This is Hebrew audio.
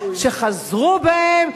שחזרו בהם,